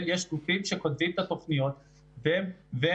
יש גופים שכותבים את התוכניות והם,